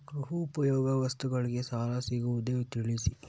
ಗೃಹ ಉಪಯೋಗಿ ವಸ್ತುಗಳಿಗೆ ಸಾಲ ಸಿಗುವುದೇ ತಿಳಿಸಿ?